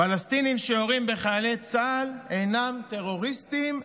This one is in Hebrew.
פלסטינים שיורים בחיילי צה"ל אינם טרוריסטים,